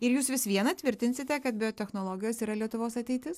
ir jūs vis viena tvirtinsite kad biotechnologijos yra lietuvos ateitis